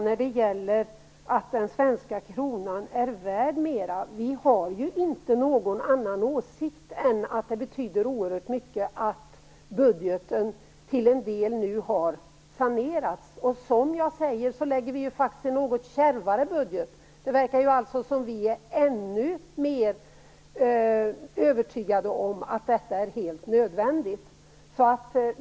När det gäller att den svenska kronan är värd mera har vi inte någon annan åsikt än att det betyder oerhört mycket att budgeten till en del nu har sanerats. Som jag sade lägger vi fram en något kärvare budget. Det verkar som vi är ännu mer övertygade om att detta är helt nödvändigt.